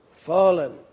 fallen